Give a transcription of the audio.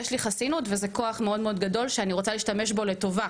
יש לי חסינות וזה כוח מאוד מאוד גדול שאני רוצה להשתמש בו לטובה.